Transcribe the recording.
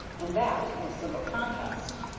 and that in a single contest.